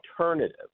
alternative